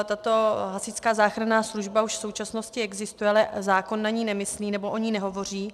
Tato hasičská záchranná služba už v současnosti existuje, ale zákon na ni nemyslí nebo o ni nehovoří.